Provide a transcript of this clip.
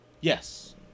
Yes